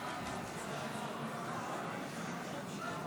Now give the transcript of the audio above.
להלן תוצאות